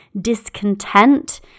discontent